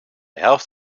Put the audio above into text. helft